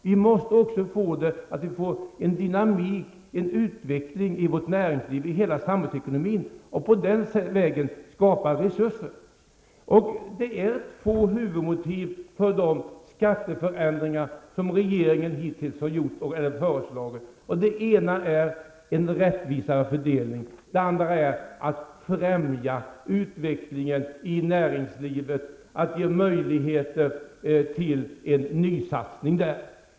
Vi måste också få en dynamik, utveckling, i vårt näringsliv och hela samhällsekonomin. På den vägen skapas resurser. Det finns två huvudmotiv för de skatteförändringar som regeringen hittills har föreslagit. Det ena är en rättvisare fördelning, och det andra är att främja utvecklingen i näringslivet och att ge möjligheter till en nysatsning där.